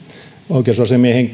oikeusasiamiehen